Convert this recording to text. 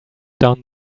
down